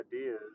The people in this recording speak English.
ideas